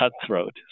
cutthroat